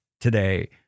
today